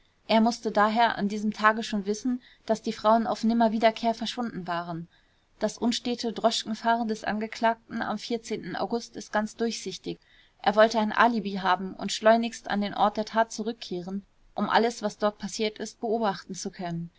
er mußte daher an diesem tage schon wissen daß die frauen auf nimmerwiederkehr verschwunden waren das unstete droschkenfahren des angeklagten am august ist ganz durchsichtig er wollte ein alibi haben und schleunigst an den ort der tat zurückkehren um alles was dort passiert ist beobachten obachten zu können